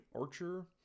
Archer